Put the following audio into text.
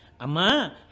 Ama